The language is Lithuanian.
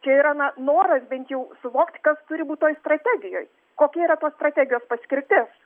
čia yra na noras bent jau suvokt kas turi būt toj strategijoj kokia yra tos strategijos paskirtis